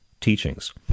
teachings